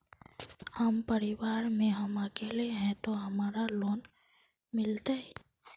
हम परिवार में हम अकेले है ते हमरा लोन मिलते?